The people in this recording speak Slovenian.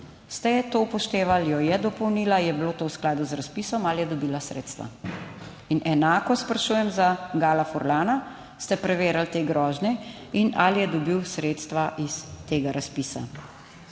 Ste to upoštevali? Jo je dopolnila? Je bilo to v skladu z razpisom? Ali je dobila sredstva? In enako sprašujem za Gala Furlana; ste preverili te grožnje in ali je dobil sredstva iz tega razpisa?